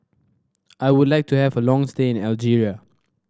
I would like to have a long stay in Algeria